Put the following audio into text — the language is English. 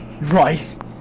right